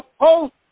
post